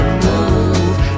move